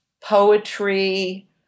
poetry